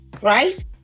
Right